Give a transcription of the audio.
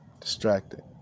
distracted